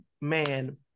man